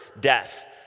death